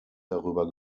darüber